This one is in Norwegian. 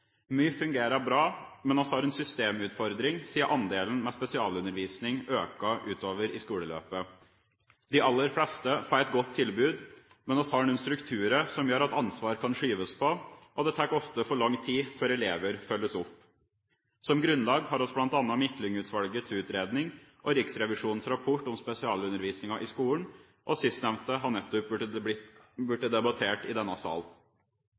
Mye fungerer bra, men vi har en systemutfordring siden andelen elever med spesialundervisning øker utover i skoleløpet. De aller fleste får et godt tilbud, men vi har noen strukturer som gjør at ansvar kan skyves på, og det tar ofte for lang tid før elever følges opp. Som grunnlag har vi bl.a. Midtlyng-utvalgets utredning og Riksrevisjonens rapport om spesialundervisninga i skolen. Sistnevnte har nettopp blitt debattert i denne